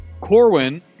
Corwin